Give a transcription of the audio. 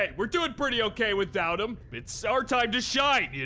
ah we're doing pretty ok without him. it's. our time to shine, you